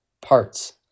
parts